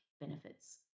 benefits